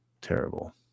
Terrible